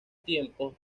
tiempos